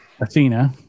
Athena